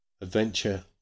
Adventure